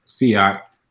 fiat